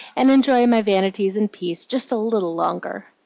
and enjoy my vanities in peace just a little longer.